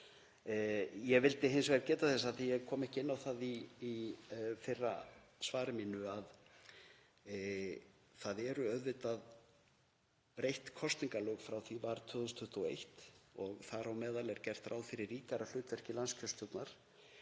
Ég vildi hins vegar geta þess, af því að ég kom ekki inn á það í fyrra svari mínu, að það eru auðvitað breytt kosningalög frá því er var 2021 og þar á meðal er gert ráð fyrir ríkara hlutverki landskjörstjórnar.